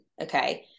okay